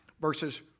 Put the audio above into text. verses